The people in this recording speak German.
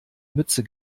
mütze